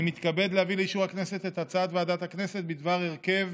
אני מתכבד להביא לאישור הכנסת את הצעת ועדת הכנסת בדבר הרכב